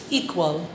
equal